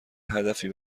هدفی